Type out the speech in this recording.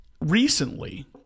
recently